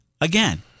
Again